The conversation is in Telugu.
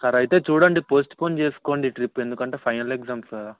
సరైతే అయితే చూడండి పోస్ట్పోన్ చేసుకోండి ట్రిప్ ఎందుకంటే ఫైనల్ ఎగ్జామ్స్ కదా